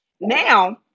now